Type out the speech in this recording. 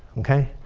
okay?